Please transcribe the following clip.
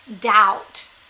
doubt